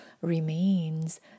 remains